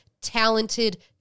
talented